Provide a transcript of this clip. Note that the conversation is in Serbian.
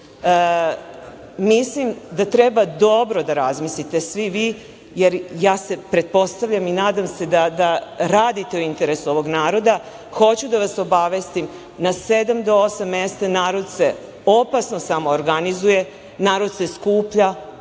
Mislim da treba dobro da razmislite svi vi, jer ja se, pretpostavljam, nadam da radite u interesu ovog naroda. Hoću da vas obavestim, na sedam do osam mesta narod se opasno samoorganizuje, narod se skuplja